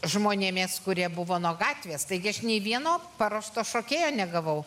žmonėmis kurie buvo nuo gatvės taigi aš nei vieno paruošto šokėjo negavau